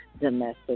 domestic